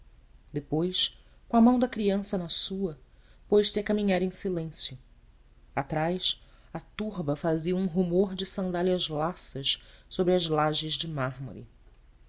depois com a mão da criança na sua pôs-se a caminhar em silêncio atrás a turba fazia um rumor de sandálias lassas sobre as lajes de